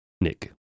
Nick